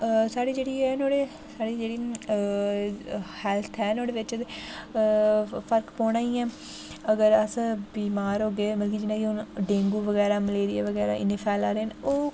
साढ़ी जेह्ड़ी ऐ नुहाड़े साढ़ी जेह्ड़ी हेल्थ ऐ नुहाड़े बिच ते फर्क ते पौना ई ऐ अगर अस बीमार होगे मतलब की जि'यां हून डेंगू बगैरा मलेरिया बगैरा इ'न्ने फैला दे न ओह्